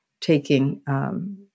taking